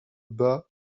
bats